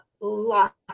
lost